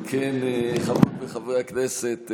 אם כן, חברות וחברי הכנסת,